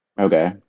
Okay